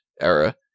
era